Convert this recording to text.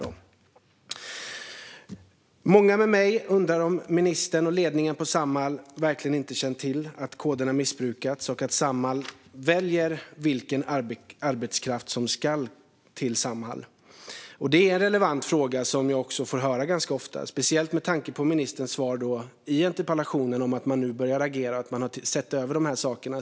Jag och många med mig undrar dock om ministern och ledningen på Samhall verkligen inte har känt till att koderna missbrukas och att Samhall väljer vilken arbetskraft som ska till Samhall. Det är en relevant fråga, som jag också får höra ganska ofta, särskilt med tanke på ministerns svar på interpellationen att man nu börjar agera och har sett över de här sakerna.